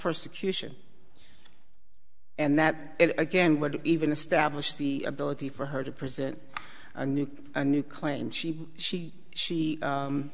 persecution and that again would even establish the ability for her to present a new a new claim she she she